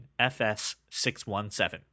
FS617